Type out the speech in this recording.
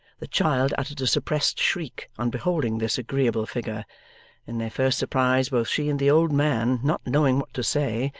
the child uttered a suppressed shriek on beholding this agreeable figure in their first surprise both she and the old man, not knowing what to say,